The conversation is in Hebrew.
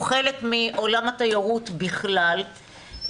הוא חלק מעולם התיירות בכלל,